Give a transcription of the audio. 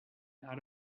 out